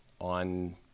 on